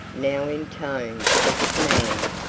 now in tones of command,